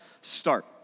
start